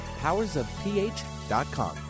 powersofph.com